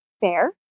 fair